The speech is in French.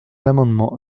l’amendement